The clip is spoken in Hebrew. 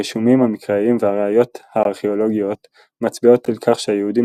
הרשומים המקראיים והראיות הארכאולוגיות מצביעות על כך שהיהודים